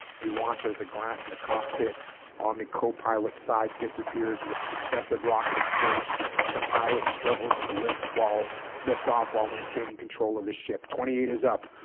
we watch as the glass in the cockpit on the co-pilot side disappears with successive rocket explosions the pilot struggles to lift while lift off while maintaining control of his ship twenty eight is up